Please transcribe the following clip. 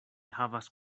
havas